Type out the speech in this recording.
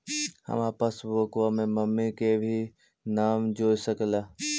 हमार पासबुकवा में मम्मी के भी नाम जुर सकलेहा?